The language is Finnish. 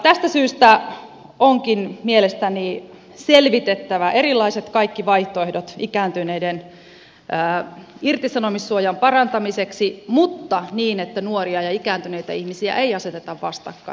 tästä syystä onkin mielestäni selvitettävä kaikki erilaiset vaihtoehdot ikääntyneiden irtisanomissuojan parantamiseksi mutta niin että nuoria ja ikääntyneitä ihmisiä ei aseteta vastakkain